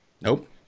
nope